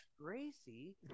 Gracie